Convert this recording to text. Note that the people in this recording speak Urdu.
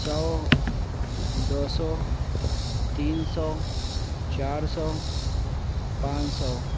سو دو سو تین سو چار سو پانچ سو